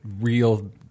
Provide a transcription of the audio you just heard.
real